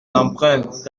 l’empreinte